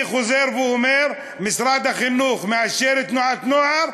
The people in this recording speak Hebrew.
אני חוזר ואומר: משרד החינוך מאשר תנועת נוער?